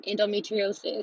endometriosis